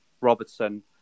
Robertson